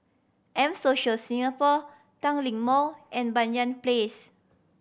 M Social Singapore Tanglin Mall and Banyan Place